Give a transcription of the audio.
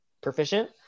proficient